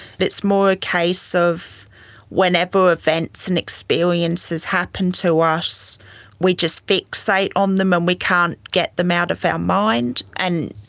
but it's more a case of whenever events and experiences happen to us we just fixate on them and um we can't get them out of our mind, and